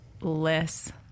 less